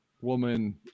woman